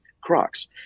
Crocs